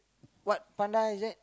what panda is that